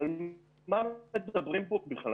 מה מדברים פה בכלל?